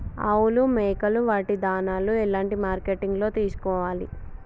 ఆవులు మేకలు వాటి దాణాలు ఎలాంటి మార్కెటింగ్ లో తీసుకోవాలి?